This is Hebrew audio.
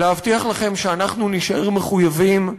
להבטיח לכם שאנחנו נישאר מחויבים,